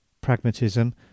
pragmatism